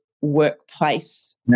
workplace